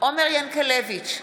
עומר ינקלביץ'